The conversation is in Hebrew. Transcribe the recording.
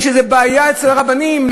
לעשות את הרושם שיש בעיה אצל רבנים,